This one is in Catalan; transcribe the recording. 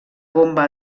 bomba